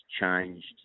changed